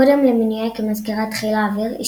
קודם למינויה כמזכירת חיל האוויר היא